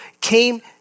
came